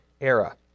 era